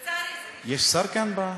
יש שר כאן?